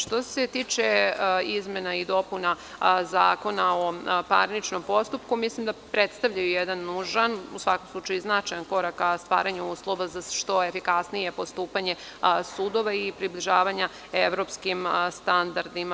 Što se tiče izmena i dopuna Zakona o parničnom postupku, mislim da predstavljaju jedan nužan, u svakom slučaju značajan korak ka stvaranju uslova za što efikasnije postupanje sudova i približavanja evropskim standardima.